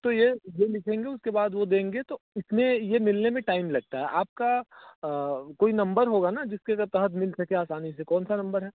तो यह रीज़न लिख कर बाद में देंगे तो इसमें यह मिलने में टाइम लगता है आपका कोई नम्बर होगा न जिसके आधार से फोन आसानी से कौन सा नम्बर है